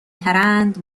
ترند